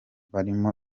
barimo